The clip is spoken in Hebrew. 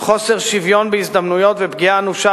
חוסר שוויון בהזדמנויות ופגיעה אנושה